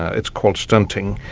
it's called stunting.